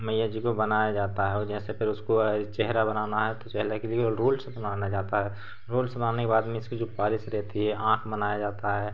मैया जी को बनाया जाता है और जैसे फिर उसको जैसे चेहरा बनाना है तो चेहरे के लिए और रूल्स बनाया जाता है रूल्स बनाने के बाद में इसकी जो पालिस रहती है आँख बनाया जाता है